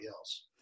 else